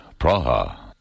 Praha